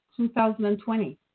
2020